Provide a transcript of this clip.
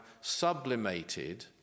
sublimated